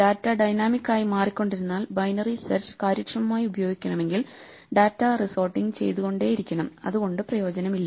data dynamic ആയി മാറിക്കൊണ്ടിരുന്നാൽ binary search കാര്യക്ഷമമായി ഉപയോഗിക്കണമെങ്കിൽ ഡാറ്റ റിസോർട്ടിങ്ങ് ചെയ്തുകൊണ്ടേയിരിക്കണം അതുകൊണ്ടു പ്രയോജനമില്ല